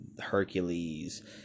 Hercules